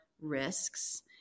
risks